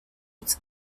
its